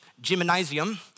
Gymnasium